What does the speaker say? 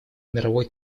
мировой